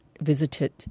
visited